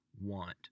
want